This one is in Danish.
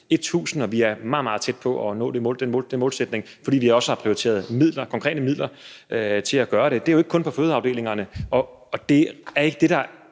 1.000, og vi er meget tæt på at nå den målsætning, fordi vi også har prioriteret konkrete midler til at opnå det. Det er jo ikke kun på fødeafdelingerne, og det er ikke det, der